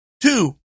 Two